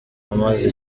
amaze